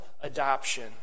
adoption